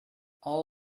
all